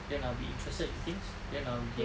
then I'll be interested in things then I'll get